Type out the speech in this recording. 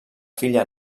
filla